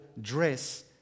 dress